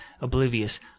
oblivious